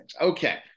Okay